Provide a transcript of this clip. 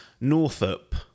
Northup